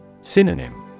Synonym